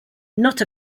not